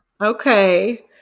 Okay